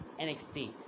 NXT